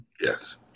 yes